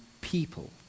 people